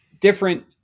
different